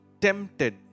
tempted